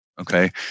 Okay